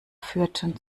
führten